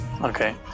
Okay